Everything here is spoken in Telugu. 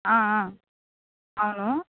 అవును